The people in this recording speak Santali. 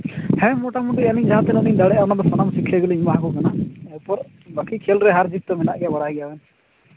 ᱦᱮᱸ ᱢᱚᱴᱟᱢᱩᱴᱤ ᱟᱞᱤᱧ ᱡᱟᱦᱟᱸᱛᱤᱱᱟᱹᱜ ᱞᱤᱧ ᱫᱟᱲᱮᱭᱟᱜᱼᱟ ᱚᱱᱟ ᱫᱚ ᱥᱟᱱᱟᱢ ᱥᱤᱠᱠᱷᱟ ᱜᱮᱞᱤᱧ ᱮᱢᱟᱣᱟᱠᱚ ᱠᱟᱱᱟ ᱮᱨᱯᱚᱨ ᱵᱟᱠᱤ ᱠᱷᱮᱞ ᱨᱮ ᱦᱟᱨ ᱡᱤᱛ ᱫᱚ ᱢᱮᱱᱟᱜ ᱜᱮᱭᱟ ᱵᱟᱲᱟᱭ ᱜᱮᱭᱟ ᱵᱮᱱ